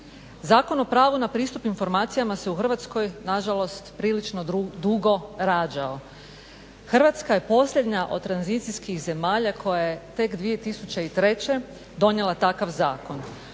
Zakon o pravu na pristup informacijama se u Hrvatskoj na žalost prilično dugo rađao, Hrvatska je posljednja od tranzicijskih zemalja koja je tek 2003. donijela takav zakon.